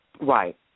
Right